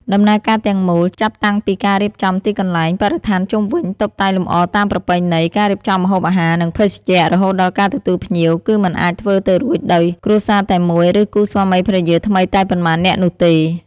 ដំណើរការទាំងមូល ចាប់តាំងពីការរៀបចំទីកន្លែង បរិស្ថានជុំវិញ តុបតែងលម្អតាមប្រពៃណី ការរៀបចំម្ហូបអាហារ និងភេសជ្ជៈ រហូតដល់ការទទួលភ្ញៀវ គឺមិនអាចធ្វើទៅរួចដោយគ្រួសារតែមួយ ឬគូស្វាមីភរិយាថ្មីតែប៉ុន្មាននាក់នោះទេ។